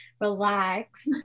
relax